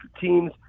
teams